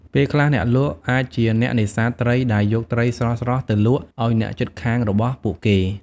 ពេលខ្លះអ្នកលក់អាចជាអ្នកនេសាទត្រីដែលយកត្រីស្រស់ៗទៅលក់ឲ្យអ្នកជិតខាងរបស់ពួកគេ។